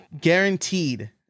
guaranteed